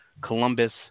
Columbus